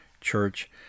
church